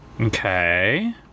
Okay